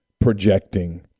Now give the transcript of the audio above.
projecting